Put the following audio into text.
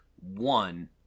one